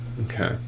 Okay